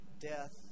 death